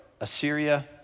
Assyria